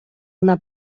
una